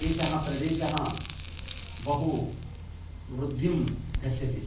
एषः प्रदेशः बहु वृद्धिं गच्छति